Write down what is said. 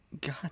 God